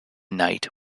knight